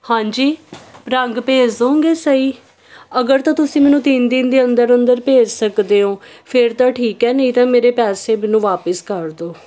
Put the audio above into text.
ਹਾਂਜੀ ਰੰਗ ਭੇਜ ਦੋਂਗੇ ਸਹੀ ਅਗਰ ਤਾਂ ਤੁਸੀਂ ਮੈਨੂੰ ਤਿੰਨ ਦੇ ਅੰਦਰ ਅੰਦਰ ਭੇਜ ਸਕਦੇ ਓਂ ਫੇਰ ਤਾਂ ਠੀਕ ਹੈ ਨਹੀਂ ਤਾਂ ਮੇਰੇ ਪੈਸੇ ਮੈਨੂੰ ਵਾਪਿਸ ਕਰ ਦਿਓ